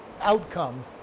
outcome